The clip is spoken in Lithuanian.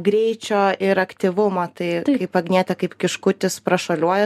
greičio ir aktyvumo tai kaip agnietė kaip kiškutis prašuoliuoja